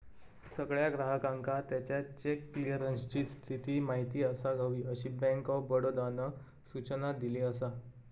सगळ्या ग्राहकांका त्याच्या चेक क्लीअरन्सची स्थिती माहिती असाक हवी, अशी बँक ऑफ बडोदानं सूचना दिली असा